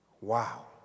Wow